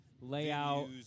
layout